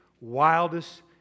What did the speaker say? wildest